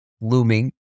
looming